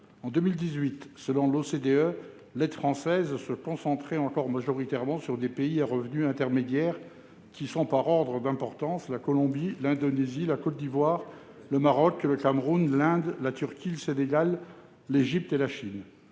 En 2018, selon l'OCDE, l'aide française se concentrait majoritairement sur des pays à revenus intermédiaires qui sont par ordre d'importance : la Colombie, l'Indonésie, la Côte d'Ivoire, le Maroc, le Cameroun, l'Inde, la Turquie, le Sénégal, l'Égypte et la Chine.